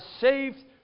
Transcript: saved